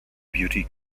beauty